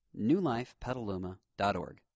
newlifepetaluma.org